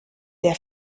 der